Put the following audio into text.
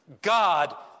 God